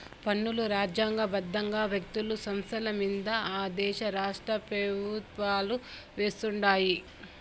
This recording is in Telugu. పన్నులు రాజ్యాంగ బద్దంగా వ్యక్తులు, సంస్థలమింద ఆ దేశ రాష్ట్రపెవుత్వాలు వేస్తుండాయి